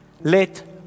Let